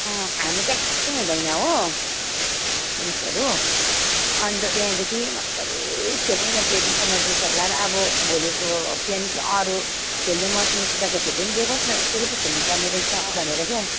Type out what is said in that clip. अँ खानु ट्याक्कै हुँदैन हो ड्रिन्क्सहरू अन्त त्यहाँदेखि मजाले खेलौँ न ट्रेडिसनल ड्रेसहरू लगाएर अब भोलिको त्यहाँदेखि अरू खेल्ने मसिनो केटाकेटीहरूले पनि देखोस् न यसरी पो खेल्नुपर्ने रहेछ भनेर क्या